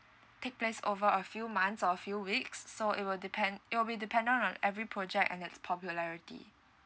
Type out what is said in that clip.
take place over a few months or a few weeks so it will depend it will be dependent on every project and it's popularity